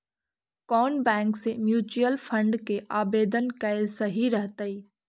कउन बैंक से mutual fund के आवेदन कयल सही रहतई?